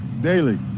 Daily